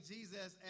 Jesus